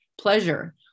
pleasure